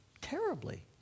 terribly